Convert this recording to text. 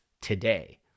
today